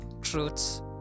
truths